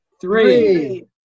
Three